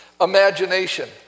imagination